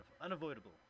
unavoidable